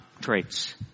traits